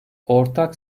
ortak